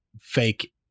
fake